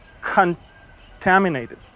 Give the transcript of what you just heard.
contaminated